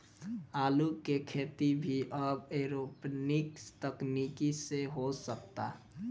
आलू के खेती भी अब एरोपोनिक्स तकनीकी से हो सकता